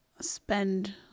spend